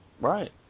Right